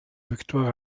victoire